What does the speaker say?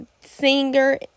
singer